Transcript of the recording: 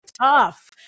tough